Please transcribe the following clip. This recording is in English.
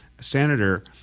senator